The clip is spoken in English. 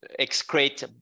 excrete